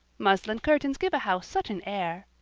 muslin curtains give a house such an air.